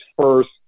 first